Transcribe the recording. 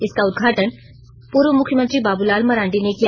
इसका उद्घाटन पूर्व मुख्यमंत्री बाबूलाल मरांडी ने किया